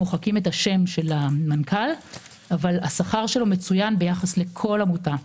מוחקים את שם המנכ"ל אבל השכר שלו מצוין ביחס לכל עמותה.